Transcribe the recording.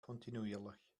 kontinuierlich